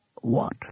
What